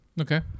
Okay